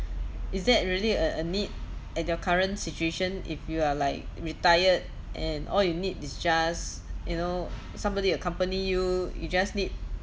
is that really a a need at your current situation if you are like retired and all you need is just you know somebody accompany you you just need